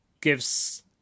gives